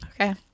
Okay